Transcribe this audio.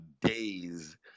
days